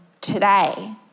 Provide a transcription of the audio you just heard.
today